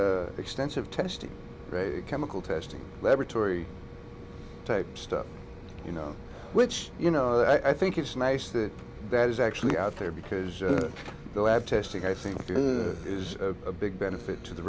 extensive testing chemical testing laboratory type stuff you know which you know i think it's nice that that is actually out there because the lab testing i think good is a big benefit to the